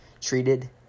treated